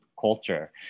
culture